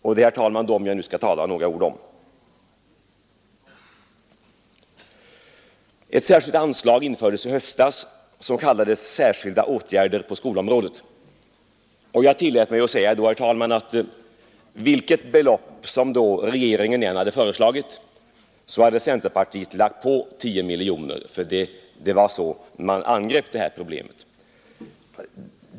Det är, herr talman, dem jag nu skall säga några ord om. Ett särskilt anslag infördes i höstas som kallades Särskilda åtgärder på skolområdet. Jag tillät mig då säga att vilket belopp regeringen än hade föreslagit, så hade centerpartiet lagt på 10 miljoner — för det var så man angrep det här problemet.